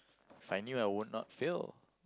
if I knew I would not fail